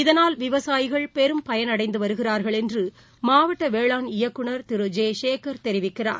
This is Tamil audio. இதனால் விவசாயிகள் பெரும் பயனடைந்துவருகிறா்கள் என்றமாவட்டவேளாண் இயக்குநர் திரு ஜே சேகள் தெரிவிக்கிறார்